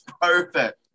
perfect